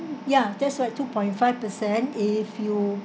yeah that's right two point five percent if you